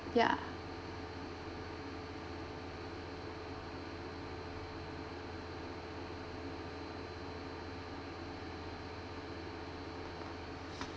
ya